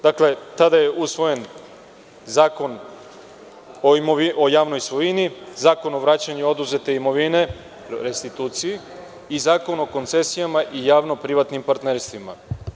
Dakle, tada je usvojen Zakon o javnoj svojini, Zakon o vraćanju oduzete imovine, restituciji i Zakon o koncesijama i javno-privatnim partnerstvima.